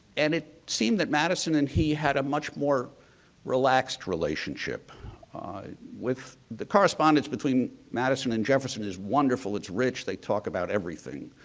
and it seemed that madison and he had a much more relaxed relationship with the correspondence between madison and jefferson is wonderful, it's rich, they talk about everything.